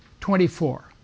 Twenty-four